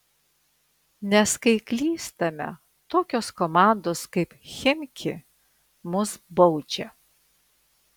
nes kai klystame tokios komandos kaip chimki mus baudžia